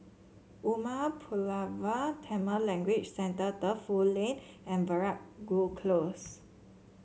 Umar Pulavar Tamil Language Centre Defu Lane and Veeragoo Close